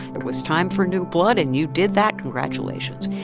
it was time for new blood, and you did that. congratulations.